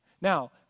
Now